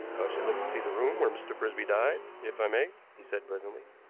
should like to see the room where mr. frisby died, if i may, he said presently.